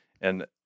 And-